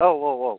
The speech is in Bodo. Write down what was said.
औ औ औ